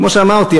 כמו שאמרתי,